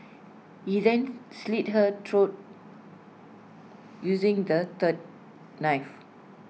he then slit her throat using the third knife